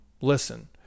Listen